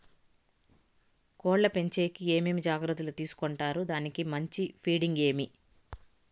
కోళ్ల పెంచేకి ఏమేమి జాగ్రత్తలు తీసుకొంటారు? దానికి మంచి ఫీడింగ్ ఏమి?